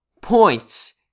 points